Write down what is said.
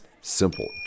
simple